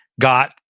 got